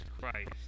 Christ